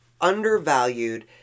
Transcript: undervalued